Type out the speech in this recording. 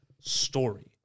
story